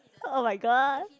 oh-my-god